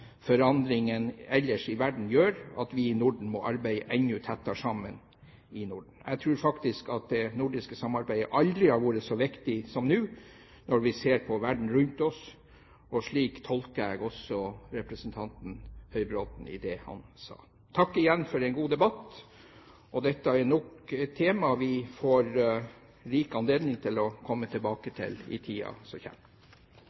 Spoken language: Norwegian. ellers i verden gjør at vi i Norden må arbeide enda tettere sammen. Jeg tror faktisk at det nordiske samarbeidet aldri har vært så viktig som nå, når vi ser på verden rundt oss, og slik tolker jeg også representanten Høybråten i det han sa. Takk igjen for en god debatt. Dette er nok et tema vi får rikelig anledning til å komme tilbake